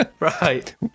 Right